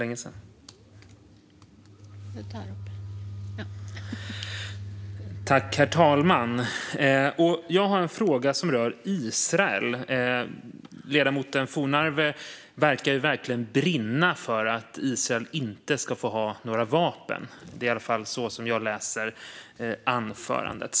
Herr talman! Jag har en fråga som rör Israel. Ledamoten Johnsson Fornarve tycks verkligen brinna för att Israel inte ska få ha några vapen; det är i alla fall det intryck jag får av anförandet.